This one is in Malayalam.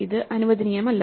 ഇത് അനുവദനീയമല്ല